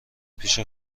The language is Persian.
پیش